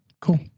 cool